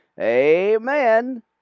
Amen